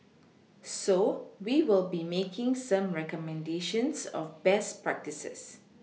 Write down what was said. so we will be making some recommendations of best practices